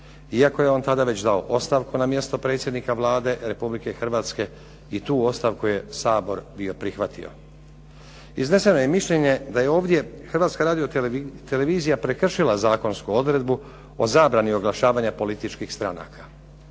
iako je on tada već dao ostavku na mjesto predsjednika Vlade Republike Hrvatske i tu ostavku je Sabor bio prihvatio. Izneseno je mišljenje da je ovdje Hrvatska radiotelevizija prekršila zakonsku odredbu o zabrani oglašavanja političkih stranaka,